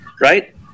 right